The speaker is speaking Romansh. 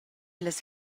las